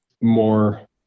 more